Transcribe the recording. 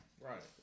Right